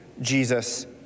Jesus